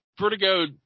Vertigo